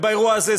ובאירוע הזה,